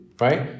right